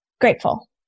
grateful